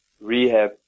rehab